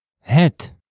Het